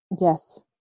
Yes